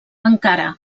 encara